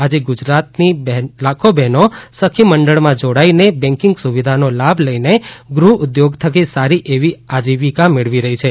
આજે ગુજરાતની લાખો બહેનો સખી મંડળમાં જોડાઈને બેંકિગ સુવિધાનો લાભ લઈને ગૃહ ઉદ્યોગ થકી સારી એવી આજીવિકા મેળવી રહી છે